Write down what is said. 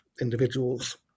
individuals